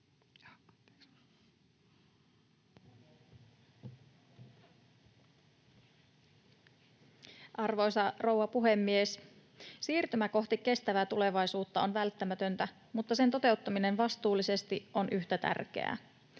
Arvoisa rouva puhemies! Siirtymä kohti kestävää tulevaisuutta on välttämätöntä, mutta sen toteuttaminen vastuullisesti on yhtä tärkeää.